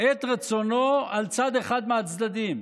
את רצונו על צד אחד מהצדדים.